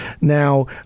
Now